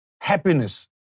Happiness